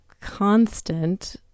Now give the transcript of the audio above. constant